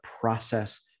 process